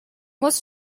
most